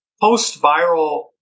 post-viral